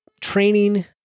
training